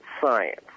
science